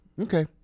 Okay